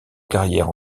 carrière